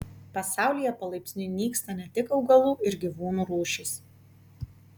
pasaulyje palaipsniui nyksta ne tik augalų ir gyvūnų rūšys